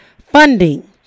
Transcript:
funding